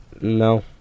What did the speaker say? No